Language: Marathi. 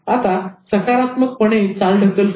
आता सकारात्मकपणे चालढकल करणे